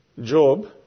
Job